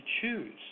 choose